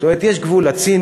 זאת אומרת, יש גבול לציניות,